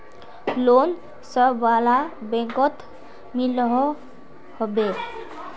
Loan सबला बैंकोत मिलोहो होबे?